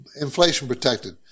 inflation-protected